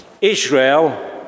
Israel